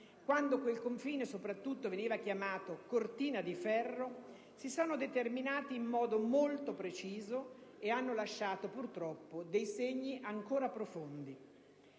quando quel confine veniva chiamato cortina di ferro, si sono determinate in modo molto preciso ed hanno lasciato purtroppo segni ancora profondi.